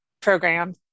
Program